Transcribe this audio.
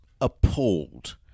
appalled